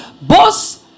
boss